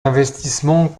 investissements